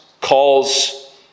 calls